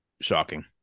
shocking